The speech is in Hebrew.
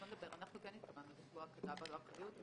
אנחנו כן התכוונו לקבוע --- אחריות.